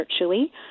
virtually